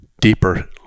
deeper